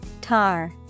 Tar